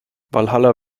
walhalla